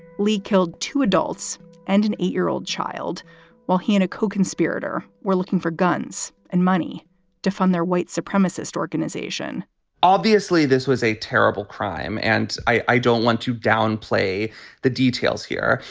lee killed two adults and an eight year old child while he and a coconspirator were looking for guns and money to fund their white supremacist organization obviously, this was a terrible crime and i don't want to downplay the details here.